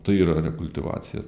tai yra rekultivacija